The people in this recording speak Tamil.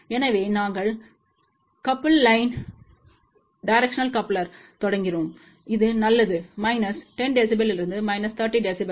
எனவே நாங்கள் கபுல்ட் லைன் டிரெக்ஷனால் கோப்பலருடன் தொடங்கினோம் இது நல்லது மைனஸ் 10 dBயிலிருந்து மைனஸ் 30 dB